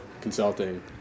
consulting